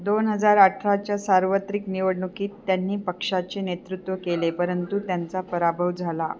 दोन हजार अठराच्या सार्वत्रिक निवडणुकीत त्यांनी पक्षाचे नेतृत्व केले परंतु त्यांचा पराभव झाला